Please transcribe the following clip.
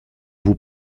vous